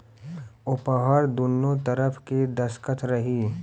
ओहपर दुन्नो तरफ़ के दस्खत रही